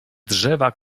drzewa